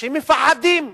שהם מפחדים,